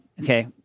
Okay